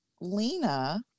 Lena